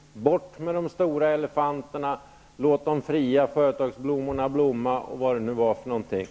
Bort med de stora elefanterna, låt de fria företagsblommorna blomma!, eller vad det nu var för någonting.